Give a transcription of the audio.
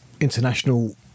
international